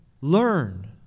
Learn